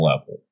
level